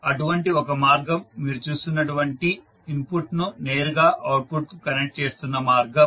అటువంటి ఒక మార్గం మీరు చూస్తున్నటువంటి ఇన్పుట్ ను నేరుగా అవుట్పుట్ కు కనెక్ట్ చేస్తున్న మార్గం